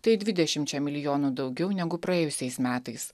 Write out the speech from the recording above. tai dvidešimčia milijonų daugiau negu praėjusiais metais